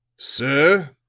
sir,